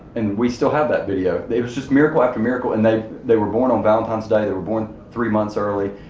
and we still have that video. it was just miracle after miracle. and they they were born on valentine's day. they were born three months early.